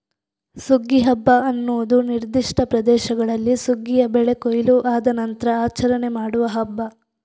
ಸುಗ್ಗಿ ಹಬ್ಬ ಅನ್ನುದು ನಿರ್ದಿಷ್ಟ ಪ್ರದೇಶಗಳಲ್ಲಿ ಸುಗ್ಗಿಯ ಬೆಳೆ ಕೊಯ್ಲು ಆದ ನಂತ್ರ ಆಚರಣೆ ಮಾಡುವ ಹಬ್ಬ